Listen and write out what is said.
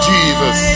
Jesus